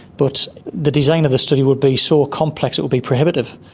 but the design of the study would be so complex, it would be prohibitive.